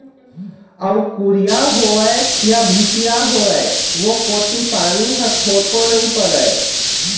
अउ कुरिया होवय या भीतिया होवय ओ कोती पानी ह थोरको नइ परय